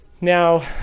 Now